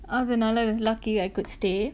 அதுனால:athunaala lucky I could stay